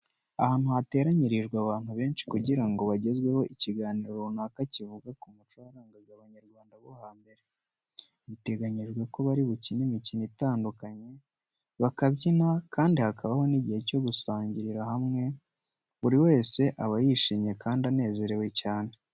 Ahantu hateranyirijwe abantu benshi kugira ngo bagezweho ikiganiro runaka kivuga ku muco warangaga Abanyarwanda bo hambere. Biteganyijwe ko bari bukine imikino itandukanye, bakabyina kandi hakabaho n'igihe cyo gusangirira hamwe. Buri wese aba yishimye kandi anezerewe cyane.